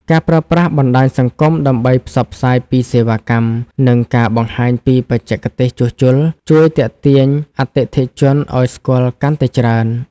ការប្រើប្រាស់បណ្តាញសង្គមដើម្បីផ្សព្វផ្សាយពីសេវាកម្ម និងការបង្ហាញពីបច្ចេកទេសជួសជុល ជួយទាក់ទាញអតិថិជនឱ្យស្គាល់កាន់តែច្រើន។